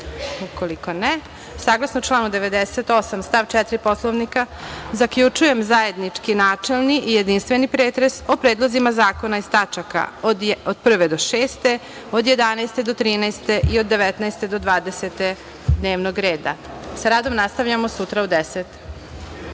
(Ne.)Saglasno članu 98. stav 4. Poslovnika, zaključujem zajednički načelni i jedinstveni pretres o predlozima zakona iz tačaka od 1. do 6, od 11. do 13. i od 19. do 20. dnevnog reda. Sa radom nastavljamo sutra u 10.00